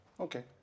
Okay